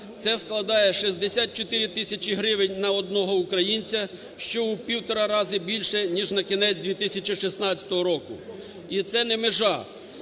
це складає 64 тисячі гривень на одного українця, що у півтора рази більше ніж на кінець 2016 року і це не межа.